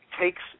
takes